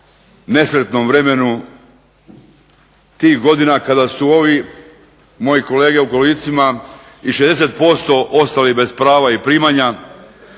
nesretnom vremenu tih godina kada su ovi moje kolege u kolicima i 60% ostali bez prava i primanja,